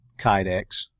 kydex